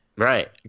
Right